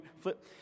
flip